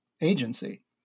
agency